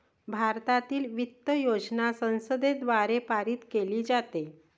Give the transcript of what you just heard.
भारतातील वित्त योजना संसदेद्वारे पारित केली जाते